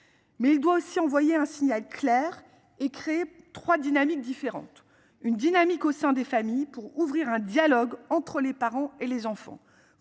Mais il doit aussi envoyer un signal clair et créer trois dynamiques différentes une dynamique au sein des familles pour ouvrir un dialogue entre les parents et les enfants,